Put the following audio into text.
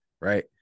right